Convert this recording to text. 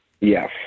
Yes